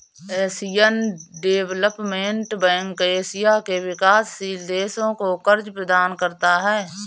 Asian Development Bank Asia के विकासशील देशों को कर्ज प्रदान करता है